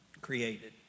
created